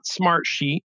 Smartsheet